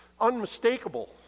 Unmistakable